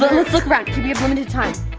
let's look around cause we have limited time!